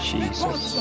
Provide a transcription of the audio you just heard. Jesus